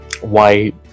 white